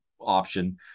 option